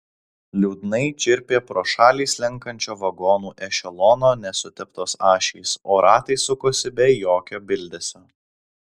liūdnai čirpė pro šalį slenkančio vagonų ešelono nesuteptos ašys o ratai sukosi be jokio bildesio